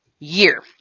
Year